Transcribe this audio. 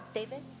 ，David，